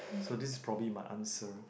so this is probably my answer